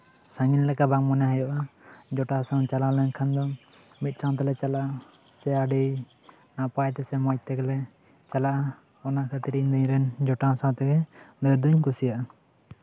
ᱥᱟᱺᱜᱤᱧ ᱞᱮᱠᱟ ᱵᱟᱝ ᱦᱩᱭᱩᱜᱼᱟ ᱡᱚᱴᱟᱣ ᱥᱟᱶ ᱪᱟᱞᱟᱣ ᱞᱮᱱᱠᱷᱟᱱ ᱫᱚ ᱢᱤᱫ ᱥᱟᱝ ᱛᱮᱞᱮ ᱪᱟᱞᱟᱜᱼᱟ ᱥᱮ ᱟᱹᱰᱤ ᱱᱟᱯᱟᱭ ᱛᱮ ᱥᱮ ᱢᱚᱡᱽ ᱛᱮᱜᱮᱞᱮ ᱪᱟᱞᱟᱜᱼᱟ ᱚᱱᱟ ᱠᱷᱟᱹᱛᱤᱨ ᱤᱧ ᱫᱚ ᱤᱧᱨᱮᱱ ᱡᱚᱴᱟᱣ ᱥᱟᱶᱛᱮᱜᱮ ᱫᱟᱬᱟᱱ ᱫᱩᱧ ᱠᱩᱥᱤᱭᱟᱜᱼᱟ